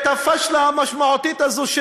את הפאשלה המשמעותית הזאת,